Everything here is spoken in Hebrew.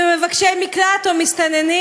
אם הם מבקשי מקלט או מסתננים,